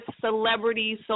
celebrities